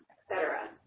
cetera.